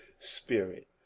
spirit